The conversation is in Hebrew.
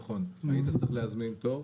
נכון, היית צריך להזמין תור.